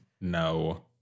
No